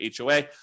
HOA